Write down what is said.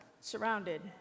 surrounded